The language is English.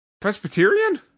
Presbyterian